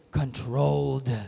controlled